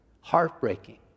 heartbreaking